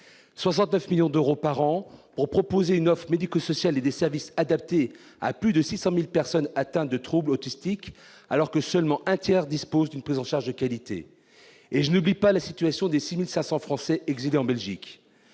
69 millions d'euros par an pour proposer une offre médico-sociale et des services adaptés à plus de 600 000 personnes atteintes de troubles autistiques, alors que seulement un tiers d'entre elles disposent d'une prise en charge de qualité ? Et, je n'oublie pas la situation des 6 500 Français exilés en Belgique